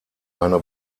eine